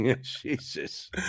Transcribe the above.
Jesus